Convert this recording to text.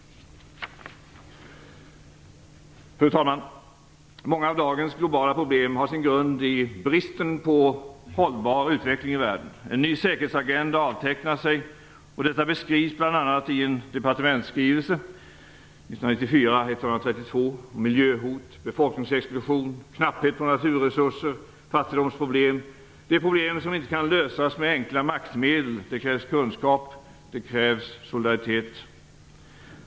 Fru talman! Många av dagens globala problem har sin grund i bristen på hållbar utveckling i världen. En ny säkerhetsagenda avtecknar sig. Detta beskrivs bl.a. Miljöhot, befolkningsexplosion, knapphet på naturresurser, fattigdomsproblem - detta är problem som inte kan lösas med enkla maktmedel. Det krävs kunskap, och det krävs solidaritet.